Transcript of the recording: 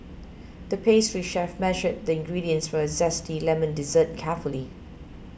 the pastry chef measured the ingredients for a Zesty Lemon Dessert carefully